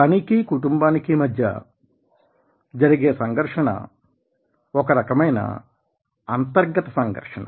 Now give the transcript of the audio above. పనికీ కుటుంబానికి మధ్య జరిగే సంఘర్షణ ఒక రకమైన అంతర్గత సంఘర్షణ